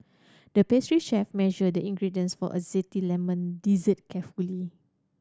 the pastry chef measured the ingredients for a zesty lemon dessert carefully